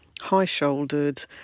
high-shouldered